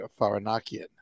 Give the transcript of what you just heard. Faranakian